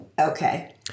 Okay